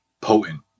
potent